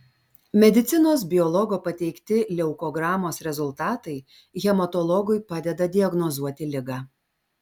medicinos biologo pateikti leukogramos rezultatai hematologui padeda diagnozuoti ligą